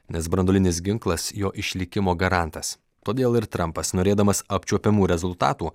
nes branduolinis ginklas jo išlikimo garantas todėl ir trampas norėdamas apčiuopiamų rezultatų